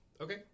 Okay